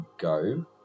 go